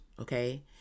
Okay